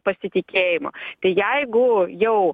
pasitikėjimo tai jeigu jau